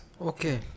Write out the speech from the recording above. Okay